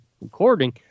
Recording